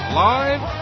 live